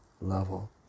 level